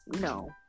No